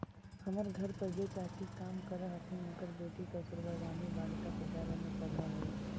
हमर घर पर जे चाची काम करऽ हथिन, उनकर बेटी कस्तूरबा गांधी बालिका विद्यालय में पढ़ऽ हई